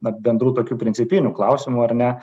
na bendrų tokių principinių klausimų ar ne